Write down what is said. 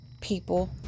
People